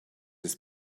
his